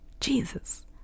Jesus